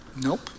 nope